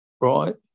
right